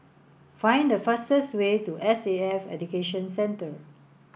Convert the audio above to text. find the fastest way to S C F Education Centre